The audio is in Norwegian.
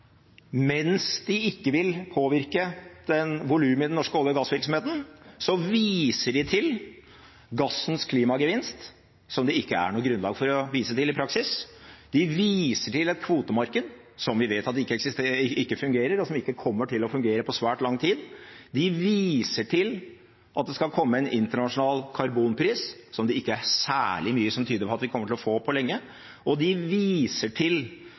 mens de ikke vil påvirke volumet i den norske olje- og gassvirksomheten, viser til gassens klimagevinst, som det ikke er noe grunnlag for å vise til i praksis. De viser til et kvotemarked som vi vet at ikke fungerer, og som ikke kommer til å fungere på svært lang tid. De viser til at det skal komme en internasjonal karbonpris, som det ikke er særlig mye som tyder på at vi kommer til å få på lenge, og de viser til